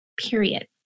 period